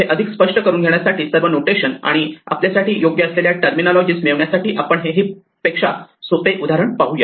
हे अधिक स्पष्ट करून घेण्यासाठी सर्व नोटेशन आणि आपल्यासाठी योग्य असलेल्या टरमिनोलॉजी मिळविण्यासाठी आपण हे हीप पेक्षा सोपे उदाहरण पाहूया